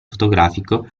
fotografico